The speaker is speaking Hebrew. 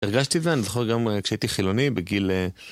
הרגשתי את זה, אני זוכר גם כשהייתי חילוני בגיל...